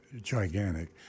gigantic